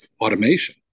automation